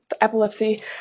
epilepsy